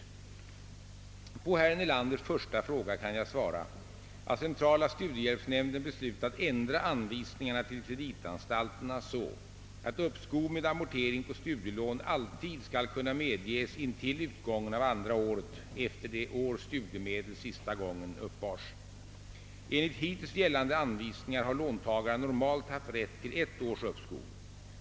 På herr Nelanders första fråga kan jag svara, att centrala studiehjälpsnämnden beslutat ändra anvisningarna till kreditanstalterna så att uppskov med amortering på studielån alltid skall kunna medges intill utgången av andra året efter det år studiemedel sista gången uppbars. Enligt hittills gällande anvisningar har låntagaren normalt haft rätt till ett års uppskov.